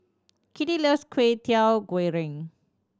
Kitty loves Kwetiau Goreng